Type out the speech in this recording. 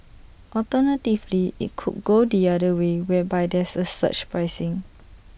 alternatively IT could go the other way whereby there's A surge pricing